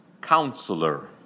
Counselor